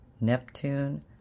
Neptune